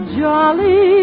jolly